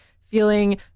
feeling